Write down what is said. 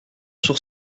sur